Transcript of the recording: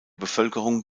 bevölkerung